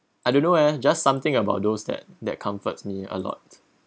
I don't know eh just something about those that that comforts me a lot